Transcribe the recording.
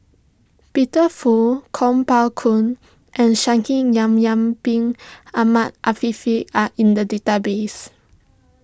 Peter Fu Kuo Pao Kun and Shaikh Yahya Bin Ahmed Afifi are in the database